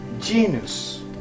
genus